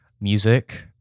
music